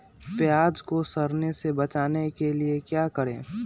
प्याज को सड़ने से बचाने के लिए क्या करें?